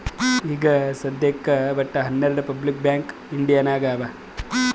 ಈಗ ಸದ್ಯಾಕ್ ವಟ್ಟ ಹನೆರ್ಡು ಪಬ್ಲಿಕ್ ಬ್ಯಾಂಕ್ ಇಂಡಿಯಾ ನಾಗ್ ಅವಾ